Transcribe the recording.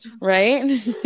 Right